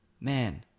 Man